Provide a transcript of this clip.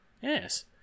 yes